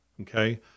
okay